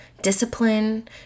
discipline